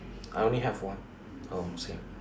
I only have one oh same